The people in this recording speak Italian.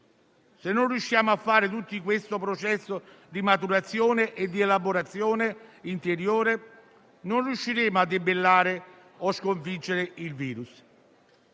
Se non riusciamo a fare tutti questo processo di maturazione e di elaborazione interiore, non riusciremo a debellare o sconfiggere il virus.